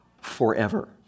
forever